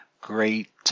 great